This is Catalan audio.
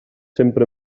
sempre